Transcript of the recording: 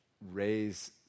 raise